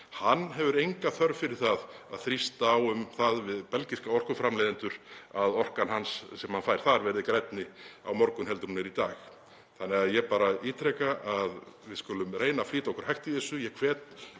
hefur enga þörf fyrir það að þrýsta á um það við belgíska orkuframleiðendur að orkan sem hann fær þar verði grænni á morgun en hún er í dag. Því ítreka ég að við skulum reyna að flýta okkur hægt í þessu.